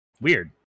Weird